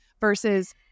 versus